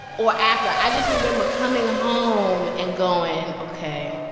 or after. i just remember coming home and going, ok,